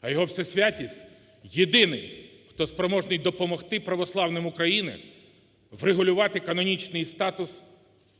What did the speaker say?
а Його Всесвятість – єдиний, хто спроможний допомогти православним України врегулювати канонічний статус